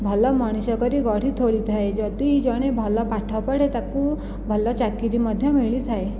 ଭଲ ମଣିଷ କରି ଗଢ଼ି ତୋଳି ଥାଏ ଯଦି ଜଣେ ଭଲ ପାଠ ପଢ଼େ ତାକୁ ଭଲ ଚାକିରି ମଧ୍ୟ ମିଳିଥାଏ